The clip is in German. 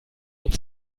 und